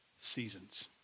seasons